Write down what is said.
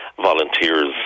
volunteers